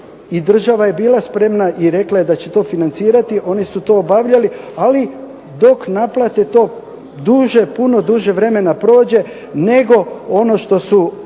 i država je bila spremna i rekla je da će to financirati. Oni su to obavljali. Ali dok naplate to duže puno duže vremena prođe nego ono što su